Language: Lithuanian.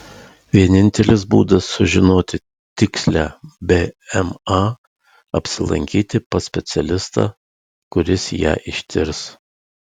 vienintelis būdas sužinoti tikslią bma apsilankyti pas specialistą kuris ją ištirs